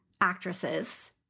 actresses